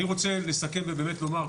אני רוצה לסכם ולומר,